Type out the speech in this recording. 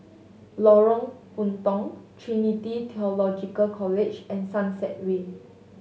Lorong Puntong Trinity Theological College and Sunset Way